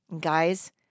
Guys